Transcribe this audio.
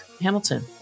Hamilton